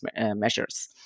measures